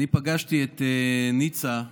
אני פגשתי את ניצה,